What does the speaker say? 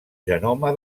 genoma